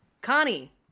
Connie